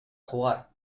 jugar